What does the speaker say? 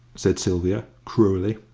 said sylvia, cruelly.